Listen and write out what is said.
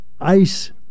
ice